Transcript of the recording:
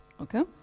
okay